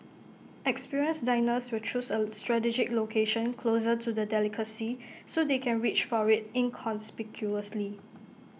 experienced diners will choose A strategic location closer to the delicacy so they can reach for IT inconspicuously